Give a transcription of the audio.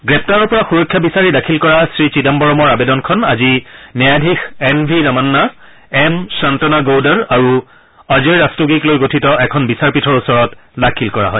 গ্ৰেপ্তাৰৰ পৰা সুৰক্ষা বিচাৰি দাখিল কৰা শ্ৰী চিদাম্বৰমৰ আবেদনখন আজি ন্যায়াধীশ N V Ramana M Shantanagoudar আৰু অজয় ৰস্তোগিক লৈ গঠিত এখন বিচাৰপীঠৰ ওচৰত দাখিল কৰা হয়